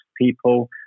people